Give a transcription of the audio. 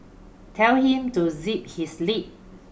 tell him to zip his lip